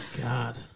God